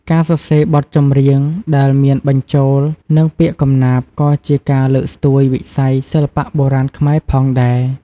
ការសរសេរបទចម្រៀងដែលមានបញ្ចូលនឹងពាក្យកំណាព្យក៏ជាការលើកស្ទួយវិស័យសិល្បៈបុរាណខ្មែរផងដែរ។